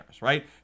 right